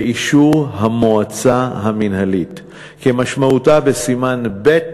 באישור המועצה המינהלית כמשמעותה בסימן ב'